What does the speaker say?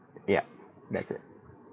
ya that's it